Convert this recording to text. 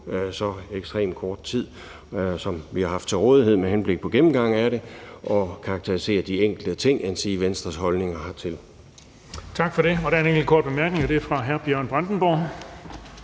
så ekstremt kort tid, som vi har haft til rådighed med henblik på gennemgang af det, og karakterisere de enkelte ting endsige Venstres holdninger hertil. Kl. 11:49 Den fg. formand (Erling Bonnesen): Tak for det. Der er en enkelt kort bemærkning, og den er fra hr. Bjørn Brandenborg.